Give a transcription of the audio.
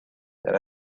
that